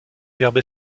verbe